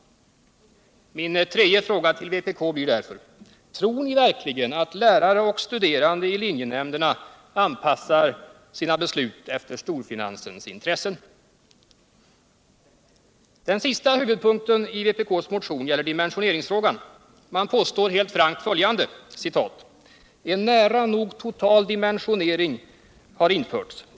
Min tredje fråga till vpk blir därför: Tror ni verkligen att lärare och studerande i linjenämnderna anpassar sina beslut efter storfinansens intressen? Den sista huvudpunkten i vpk:s motion gäller dimensioneringsfrågan. Man påstår helt frankt följande: ”En nära nog total dimensionering har införts.